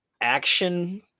action